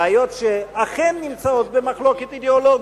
בעיות שאכן נמצאות במחלוקת אידיאולוגית,